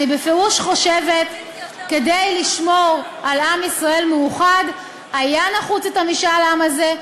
אני בפירוש חושבת שכדי לשמור על עם ישראל מאוחד יהיה נחוץ משאל העם הזה,